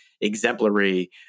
exemplary